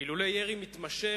אילולא ירי מתמשך,